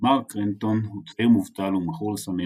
מארק רנטון הוא צעיר מובטל ומכור לסמים